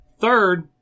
Third